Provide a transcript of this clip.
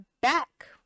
back